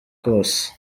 kose